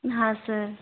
हाँ सर